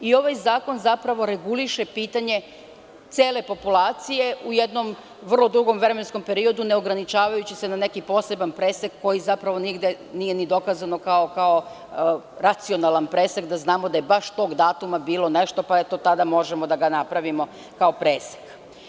Ovaj zakon zapravo reguliše pitanje cele populacije u jednom vrlo dugom vremenskom periodu, neograničavajući se na neki poseban period, neograničavajući se na neki poseban presek koji zapravo nigde nije ni dokazan kao racionalan presek, da znamo da je baš tog datuma bilo nešto, pa eto, tada možemo da ga napravimo kao presek.